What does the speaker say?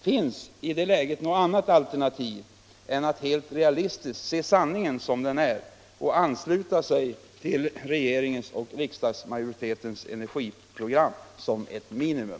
Finns i det läget något annat alternativ än att helt realistiskt se sanningen som den är och ansluta sig till regeringens och riksdagsmajoritetens energiprogram som ett minimum?